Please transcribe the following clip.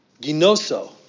ginoso